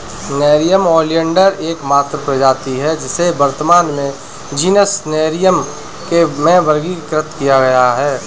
nerium oleander एकमात्र प्रजाति है जिसे वर्तमान में जीनस नेरियम में वर्गीकृत किया गया है